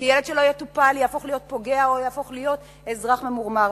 כי ילד שלא יטופל יהפוך להיות פוגע או יהפוך להיות אזרח ממורמר.